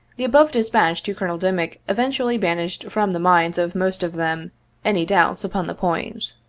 the above dispatch to colonel dim ick effectually banished from the minds of most of them any doubts upon the point.